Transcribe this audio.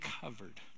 covered